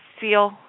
feel